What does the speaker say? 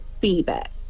feedback